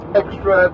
extra